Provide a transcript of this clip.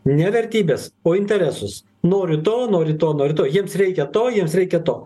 ne vertybrs o interesus noriu to noriu to noriu to jiems reikia to jiems reikia to